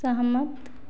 सहमत